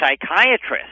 psychiatrist